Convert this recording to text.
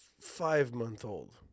five-month-old